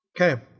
okay